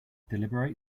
deliberate